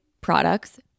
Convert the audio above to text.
products